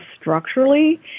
structurally